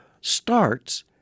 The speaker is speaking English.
starts